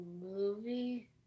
movie